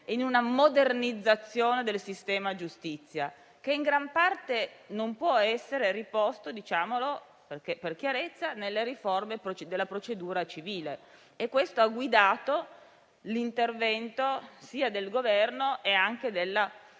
in una modernizzazione del sistema giustizia, che in gran parte non può essere riposto - diciamolo per chiarezza - nelle riforme della procedura civile. Questo ha guidato l'intervento sia del Governo sia della Commissione.